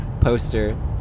poster